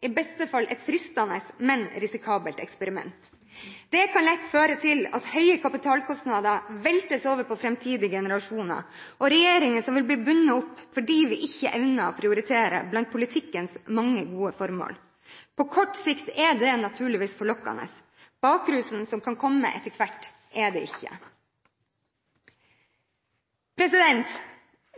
i beste fall et fristende, men risikabelt eksperiment. Det kan lett føre til at høye kapitalkostnader veltes over på framtidige generasjoner, og regjeringer vil bli bundet opp, fordi vi ikke evnet å prioritere blant politikkens mange gode formål. På kort sikt er det naturligvis forlokkende – bakrusen som kan komme etter hvert, er det ikke.